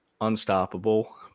unstoppable